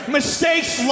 Mistakes